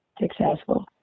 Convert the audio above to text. successful